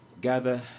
gather